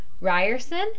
Ryerson